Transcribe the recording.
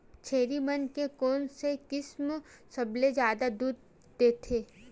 छेरी मन के कोन से किसम सबले जादा दूध देथे?